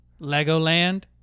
Legoland